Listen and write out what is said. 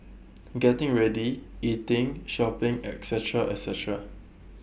getting ready eating shopping etcetera etcetera